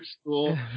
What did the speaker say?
school